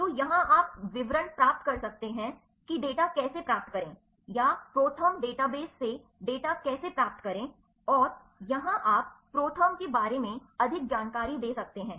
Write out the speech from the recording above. तो यहाँ आप विवरण प्राप्त कर सकते हैं कि डेटा कैसे प्राप्त करें या प्रोथर्म डेटाबेस से डेटा कैसे प्राप्त करें और यहाँ आप प्रोथर्म के बारे में अधिक जानकारी दे सकते हैं